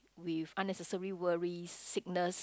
with unnecessary worries sickness